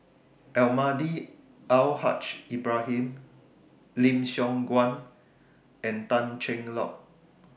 Almahdi Al Haj Ibrahim Lim Siong Guan and Tan Cheng Lock